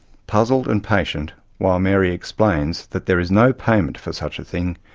puzzled and patient while mary explains that there is no payment for such a thing,